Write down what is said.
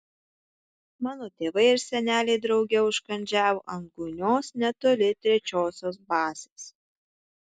mano tėvai ir seneliai drauge užkandžiavo ant gūnios netoli trečiosios bazės